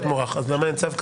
אז למה אין צו כזה?